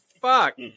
fuck